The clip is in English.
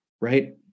right